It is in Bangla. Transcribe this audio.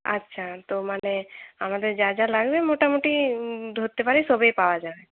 আচ্ছা তো মানে আমাদের যা যা লাগবে মোটামুটি ধরতে পারি সবই পাওয়া যাবে